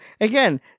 Again